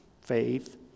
faith